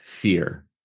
fear